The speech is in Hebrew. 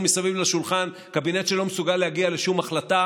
מסביב לשולחן קבינט שלא מסוגל להגיע לשום החלטה,